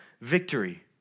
victory